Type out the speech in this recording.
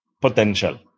potential